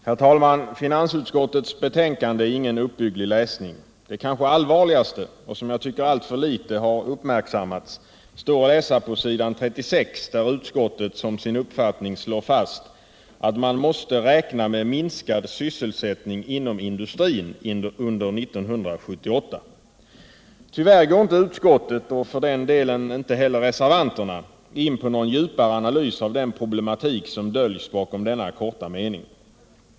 Herr talman! Finansutskottets betänkande är ingen uppbygglig läsning. Det kanske allvarligaste — och det har, tycker jag. alltför litet uppmärksammats — står att läsa på s. 36, där utskottet som sin uppfattning slår fast att man måste ”räkna med minskad sysselsättning inom industrin under år 1978”. Tyvärr går inte utskottet — och för den delen inte heller reservanterna — in på någon djupare analys av den problematik som döljs bakom denna korta mening.